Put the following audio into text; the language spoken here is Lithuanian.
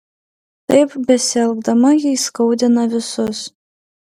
taip besielgdama ji įskaudina visus